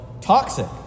Toxic